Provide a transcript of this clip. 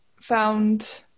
found